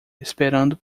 esperando